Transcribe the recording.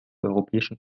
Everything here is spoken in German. europäischen